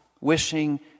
wishing